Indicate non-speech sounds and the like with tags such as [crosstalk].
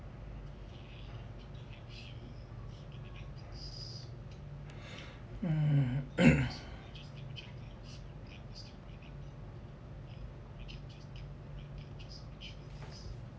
um [coughs]